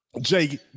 Jay